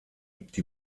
die